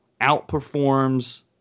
outperforms